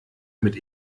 mit